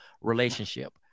relationship